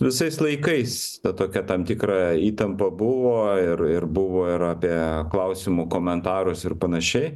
visais laikais ta tokia tam tikra įtampa buvo ir ir buvo ir apie klausimų komentarus ir panašiai